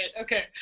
Okay